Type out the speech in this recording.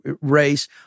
race